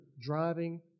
driving